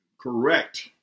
correct